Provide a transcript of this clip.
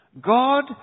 God